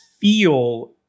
feel